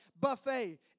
Buffet